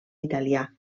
italià